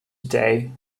today